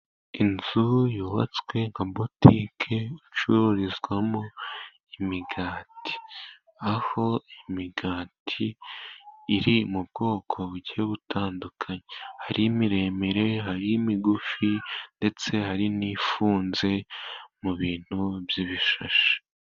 Inzu yubatswe nka butuke icururizwamo imigati, aho imigati iri mu bwoko bugiyre butandukanye. Hari imiremire, hari imigufi, ndetse hari n'ifunze mu bintu by'ibishashi.